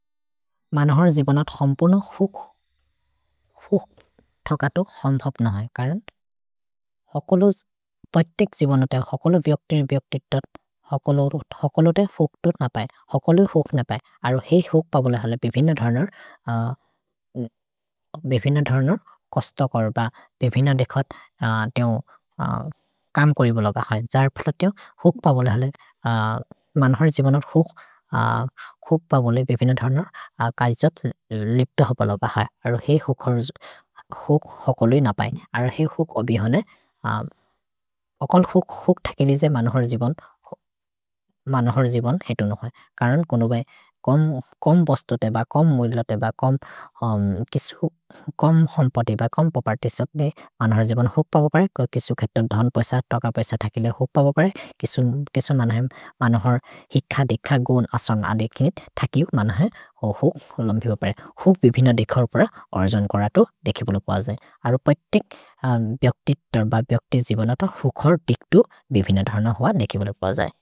मनर् जिबनत् हम्पुन हुक् थकतु हन्थप्न है करन्त्। हकलो पतेक् जिबनत है, हकलो व्यक्ति मे व्यक्ति तत्, हकलो ते हुक् तु नपै, हकलो हि हुक् नपै। अरो हेइ हुक् प बोले हले बेभिन धर्न, बेभिन धर्न कस्त कर् ब बेभिन देखत् तेओ कम् करि बोल। जर् फल तेओ हुक् प बोले हले, मनर् जिबनत् हुक् प बोले बेभिन धर्न कज् जत् लिप्तो हपल ब है। अरो हेइ हुक् हकलो हि नपै। अरो हेइ हुक् अबि होने, अकल् हुक् थकि लिजे मनर् जिबन् हेतु नहि। करन्त् करन्त् कुनुबै कम् बस्तु तेब, कम् मुइल्ल तेब, कम् हम्प तेब, कम् पपर्ति सक्ले, मनर् जिबन् हुक् प बोले, करन्त् किसु खेतु धन् पैस, तक पैस थकि लिजे हुक् प बोले। किसु मनर् हिक्ख देख गुन् असन्ग देखिनित् थकि लिजे मनर् जिबन् हुक् प बोले। हुक् बेभिन देखर् पर अर्जन् करतु देखि बोल प जै। अरो प्ēर् तिक् बिअक्तित् बर् बिअक्तित् जिबनत हुखर् तिक् तु बेभिन धर्न हुअ देखि बोल प जै।